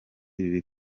ibi